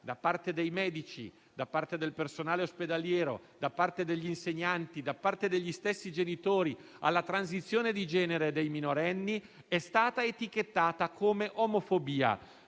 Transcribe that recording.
da parte dei medici, del personale ospedaliero, degli insegnanti e degli stessi genitori alla transizione di genere dei minorenni è stata etichettata come omofobia.